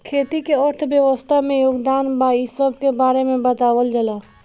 खेती के अर्थव्यवस्था में योगदान बा इ सबके बारे में बतावल जाला